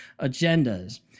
agendas